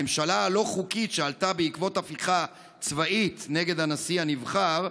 הממשלה הלא-חוקית שעלתה בעקבות הפיכה צבאית נגד הנשיא הנבחר,